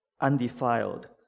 undefiled